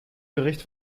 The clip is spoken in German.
gericht